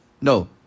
No